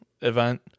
event